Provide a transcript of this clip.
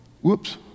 Whoops